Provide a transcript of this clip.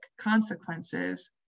consequences